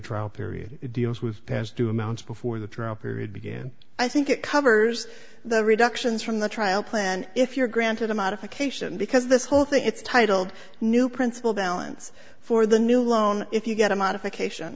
trial period it deals with past do amounts before the trial period began i think it covers the reductions from the trial plan if you're granted a modification because this whole thing it's titled new principle balance for the new loan if you get a modification